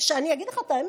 אני אגיד לך את האמת,